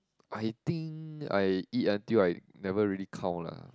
I think I eat until I never really count lah